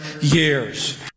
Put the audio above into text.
years